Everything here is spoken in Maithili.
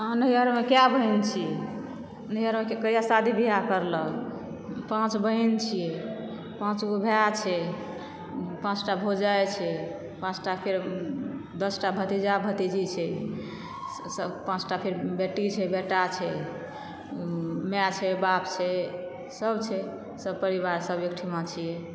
अहाँ नैहरमे कए बहिन छी नैहरमे कहिया शादी बियाह करलक पाॅंच बहिन छियै पाॅंच गो भाए छै पाॅंचटा भौजाइ छै पाॅंचटा फेर दसटा भतीजा भतीजी छै सब पाॅंचटा फेर बेटी छै बेटा छै माए छै बाप छै सब छै सब परिवार सब एकठिमा छियै